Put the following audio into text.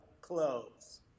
clothes